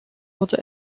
wurde